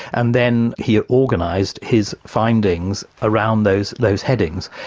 and then he ah organised his findings around those those headings.